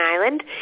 Island